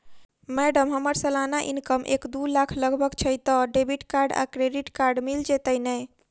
Madam हम्मर सलाना income एक दु लाख लगभग छैय तऽ डेबिट कार्ड आ क्रेडिट कार्ड मिल जतैई नै?